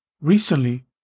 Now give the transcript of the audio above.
Recently